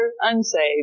unsaved